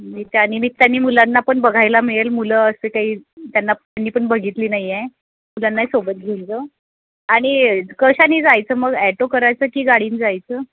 मी त्या निमित्ताने मुलांना पण बघायला मिळेल मुलं असं काही त्यांना त्यांनी पण बघितली नाही आहे मुलांनाही सोबत घेऊन जाऊ आणि कशाने जायचं मग ॲटो करायचं की गाडीनं जायचं